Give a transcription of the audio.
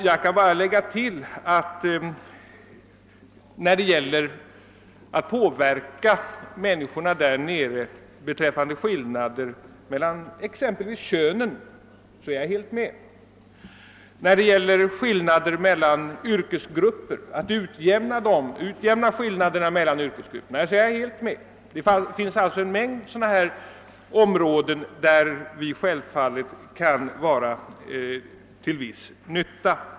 Jag kan bara lägga till att när det gäller att påverka människorna i u-länderna beträffande skillnader mellan könen, så är jag helt med, liksom när det gäller att utjämna skillnader mellan yrkesgrupper. Det finns alltså en mängd sådana här områden där vi självfallet kan vara till viss nytta.